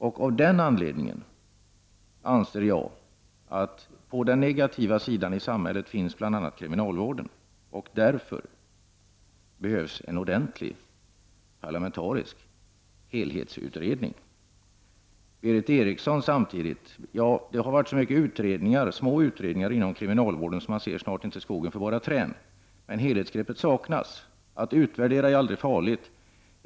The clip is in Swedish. Jag anser att bl.a. kriminalvården finns på den negativa sidan i samhället, och därför behövs det en ordentlig parlamentrisk helhetsutredning. Jag vill också vända mig till Berith Eriksson. Ja, det har varit så många små utredningar inom kriminalvården att man snart inte ser skogen för bara träd. Men helhetsgreppet saknas. Att utvärdera är aldrig farligt.